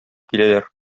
киләләр